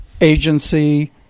agency